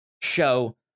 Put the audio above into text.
show